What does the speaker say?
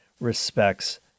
respects